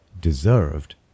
deserved